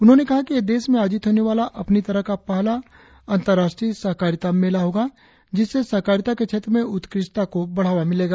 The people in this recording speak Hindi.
उन्होंने कहा कि यह देश में आयोजित होने वाला अपनी तरह का पहला अंतर्राष्ट्रीय सहकारिता मेला होगा जिससे सहकारिता के क्षेत्र में उत्कृष्टता को बढ़ावा मिलेगा